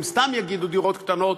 אם סתם יגידו דירות קטנות,